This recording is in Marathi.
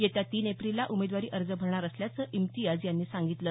येत्या तीन एप्रिलला उमेदवारी अर्ज भरणार असल्याचं इम्तियाज यांनी सांगितलं